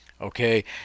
Okay